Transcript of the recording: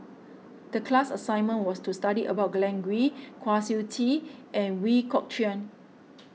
the class assignment was to study about Glen Goei Kwa Siew Tee and Ooi Kok Chuen